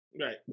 Right